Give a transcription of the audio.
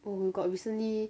oh we got recently